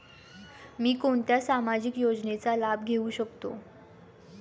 मी कोणत्या सामाजिक योजनेचा लाभ घेऊ शकते?